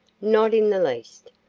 not in the least.